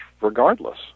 regardless